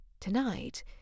Tonight